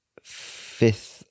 fifth